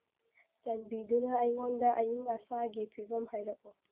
ꯆꯥꯟꯕꯤꯗꯨꯅ ꯑꯩꯉꯣꯟꯗ ꯑꯌꯤꯡ ꯑꯁꯥꯒꯤ ꯐꯤꯕꯝ ꯍꯥꯏꯔꯛꯎ